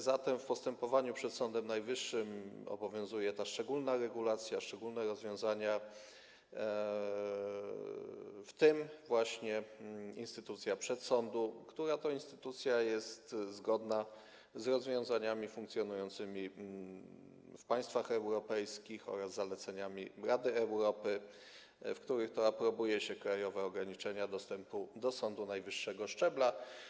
Zatem w postępowaniu przed Sądem Najwyższym obowiązują te szczególne rozwiązania, w tym właśnie instytucja przedsądu, która to instytucja jest zgodna z rozwiązaniami funkcjonującymi w państwach europejskich oraz zaleceniami Rady Europy, w których to aprobuje się krajowe ograniczenia dostępu do sądu najwyższego szczebla.